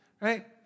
right